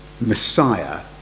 Messiah